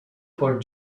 por